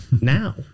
now